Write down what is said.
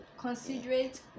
Considerate